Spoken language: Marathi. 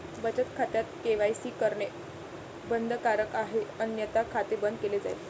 बचत खात्यात के.वाय.सी करणे बंधनकारक आहे अन्यथा खाते बंद केले जाईल